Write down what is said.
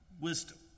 wisdom